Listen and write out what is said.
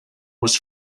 was